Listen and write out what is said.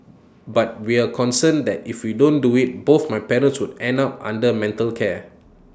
but we're concerned that if we don't do IT both my parents would end up under mental care